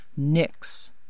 Nyx